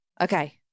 Okay